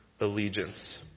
allegiance